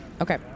Okay